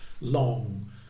long